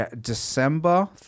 December